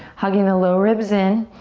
hugging the low ribs in.